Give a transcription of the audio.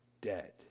dead